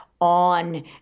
on